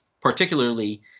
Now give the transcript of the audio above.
particularly